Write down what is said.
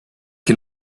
can